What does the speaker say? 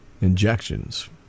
Injections